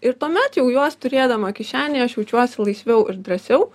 ir tuomet jau juos turėdama kišenėje aš jaučiuosi laisviau ir drąsiau